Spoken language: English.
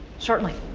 certainly.